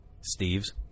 Steve's